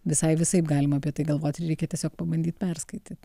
visai visaip galima apie tai galvot ir reikia tiesiog pabandyt perskaityt